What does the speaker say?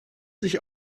sich